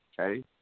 Okay